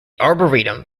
arboretum